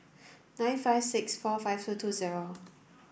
nine five six four five two two zero